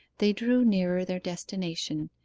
they drew nearer their destination,